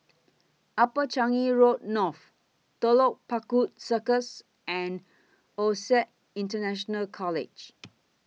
Upper Changi Road North Telok Paku Circus and OSAC International College